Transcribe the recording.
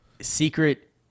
secret